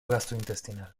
gastrointestinal